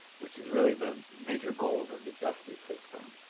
which is really the major goals of the justice system.